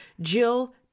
Jill